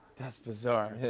that's bizarre.